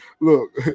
look